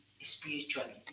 spirituality